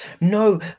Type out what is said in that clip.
No